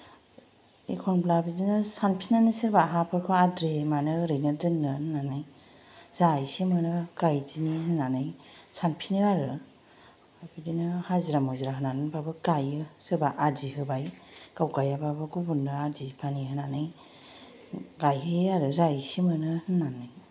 एखनब्ला बिदिनो सानफिननानै सोरबा हाफोरखौ आद्रि मानो ओरैनो दोननो होननानै जा एसे मोनो गायदिनि होननानै सानफिनो आरो आमफ्राय बिदिनो हाजिरा मुजिरा होनानैब्लाबो गायो सोरबा आदि होबाय गा गायाब्लाबो गुबुननो आदि होनानै गायहोयो आरो जा एसे मोनो होननानै